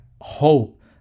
hope